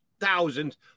thousands